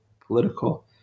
political